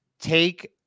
take